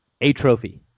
Atrophy